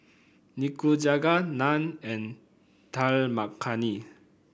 Nikujaga Naan and Dal Makhani